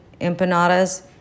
empanadas